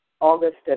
August